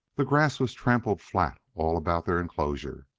the grass was trampled flat all about their enclosure,